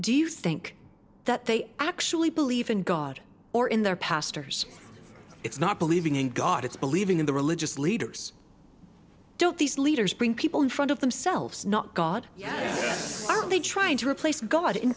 do you think that they actually believe in god or in their pastors it's not believing in god it's believing in the religious leaders don't these leaders bring people in front of themselves not god yet are they trying to replace god in